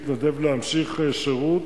בלי שהוא התנדב להמשיך שירות.